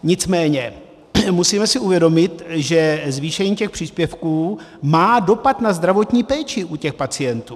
Nicméně musíme si uvědomit, že zvýšení příspěvků má dopad na zdravotní péči u těch pacientů.